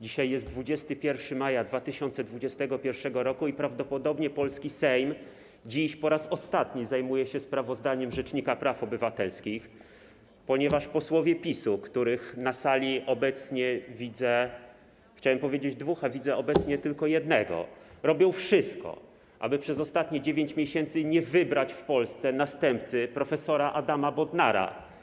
Dzisiaj jest 21 maja 2021 r. i prawdopodobnie polski Sejm dziś po raz ostatni zajmuje się sprawozdaniem rzecznika praw obywatelskich, ponieważ posłowie PiS, których na sali obecnie widzę - chciałem powiedzieć: dwóch, a widzę obecnie tylko jednego - robią wszystko, aby przez ostatnie 9 miesięcy nie wybrać w Polsce następcy prof. Adama Bodnara.